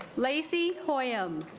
lacey hoyo